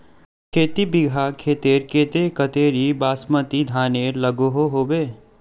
खेती बिगहा खेतेर केते कतेरी बासमती धानेर लागोहो होबे?